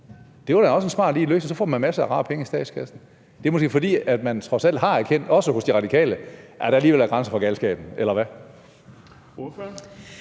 Det var da også en smart løsning, for så får man masser af rare penge i statskassen. Det er måske, fordi man også hos De Radikale trods alt har erkendt, at der alligevel er grænser for galskaben, eller hvad?